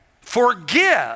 forgive